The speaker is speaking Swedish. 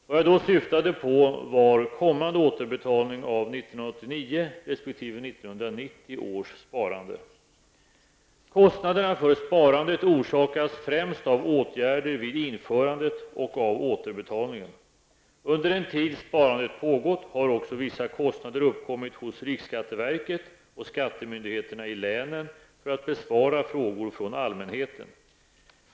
Vad jag då syftade på var kommande återbetalning av 1989 resp. 1990 års sparande. Kostnaderna för sparandet orsakas främst av åtgärder vid införandet och återbetalningen. Under den tid sparandet pågått har också vissa kostnader uppkommit hos riksskatteverket och skattemyndigheterna i länen för att besvara frågor från allmänheten.